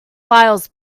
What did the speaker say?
files